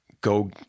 Go